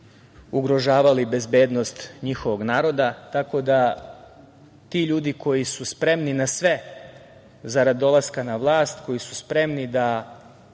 ugrožavali bezbednost njihovog naroda, tako da ti ljudi koji su spremni na sve zarad dolaska na vlast, koji su spremni da